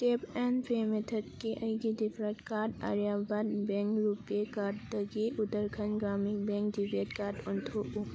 tap and pay ꯃꯦꯊꯠꯀꯤ ꯑꯩꯒꯤ different card Aryavart bank RuPay ꯀꯥꯔꯠꯇꯗꯤ Uttarakhand Gramin bank debit card ꯑꯣꯟꯊꯣꯛꯎ